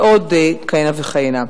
ועוד כהנה וכהנה.